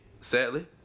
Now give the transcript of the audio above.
sadly